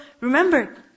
remember